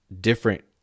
different